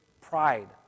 pride